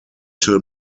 till